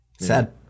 Sad